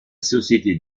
société